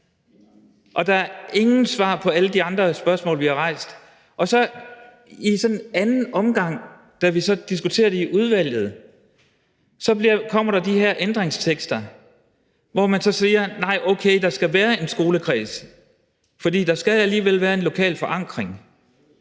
og der er ingen svar på alle de andre spørgsmål, vi har rejst. Så kom der i anden omgang, da vi diskuterede det i udvalget, de her ændringstekster, hvor man så siger: Nej, okay, der skal være en skolekreds, for der skal alligevel være en lokal forankring.